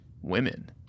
women